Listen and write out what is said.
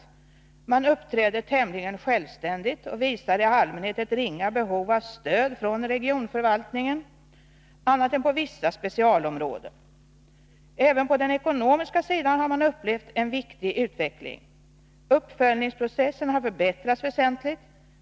Vidare säger han: ”Man uppträder tämligen självständigt och visar i allmänhet ett ringa behov av stöd från regionförvaltningen, annat än på vissa specialområden. Även på den ekonomiska sidan har man upplevt en viktig utveckling. Uppföljningsprocessen har förbättrats väsentligt.